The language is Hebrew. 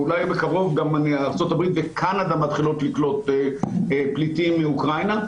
ואולי בקרוב ארה"ב וקנדה מתחילות לקלוט פליטים מאוקראינה,